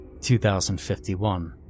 2051